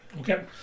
Okay